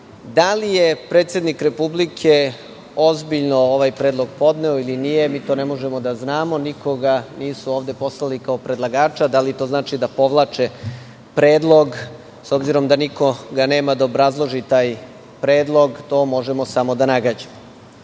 li je predsednik Republike ozbiljno ovaj predlog podneo ili nije, mi to ne možemo da znamo. Nikoga ovde nisu poslali kao predlagača. Da li to znači da povlače predlog, s obzirom da nikog nema da obrazloži taj predlog? To možemo samo da nagađamo. Danas